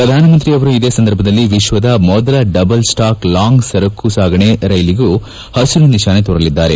ಪ್ರಧಾನಮಂತ್ರಿ ಅವರು ಇದೇ ಸಂದರ್ಭದಲ್ಲಿ ವಿಶ್ವದ ಮೊದಲ ಡಬಲ್ ಸ್ವಾಕ್ ಲಾಂಗ್ ಸರಕು ಸಾಗಣೆ ರೈಲಿಗೂ ಪಸಿರು ನಿಶಾನೆ ತೋರಲಿದ್ದಾರೆ